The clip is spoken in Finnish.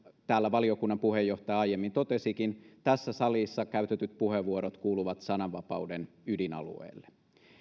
täällä valiokunnan puheenjohtaja aiemmin totesikin tässä salissa käytetyt puheenvuorot kuuluvat sananvapauden ydinalueelle